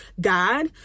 God